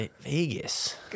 Vegas